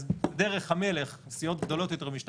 דרך המלך הוא שסיעות גדולות יותר במשטר